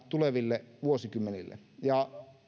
tuleville vuosikymmenille ja